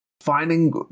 finding